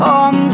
on